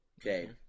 Okay